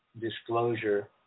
disclosure